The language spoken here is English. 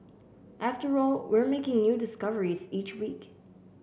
after all we're making new discoveries each week